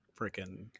freaking